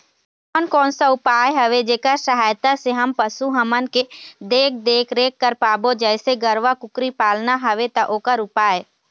कोन कौन सा उपाय हवे जेकर सहायता से हम पशु हमन के देख देख रेख कर पाबो जैसे गरवा कुकरी पालना हवे ता ओकर उपाय?